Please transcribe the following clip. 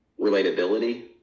relatability